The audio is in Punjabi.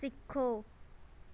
ਸਿੱਖੋ